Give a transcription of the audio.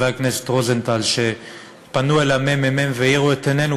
הכנסת רוזנטל על שפנו אל הממ"מ והאירו את עינינו,